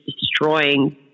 destroying